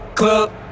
club